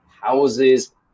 houses